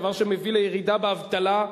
דבר שמביא לירידה באבטלה.